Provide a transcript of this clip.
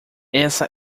essa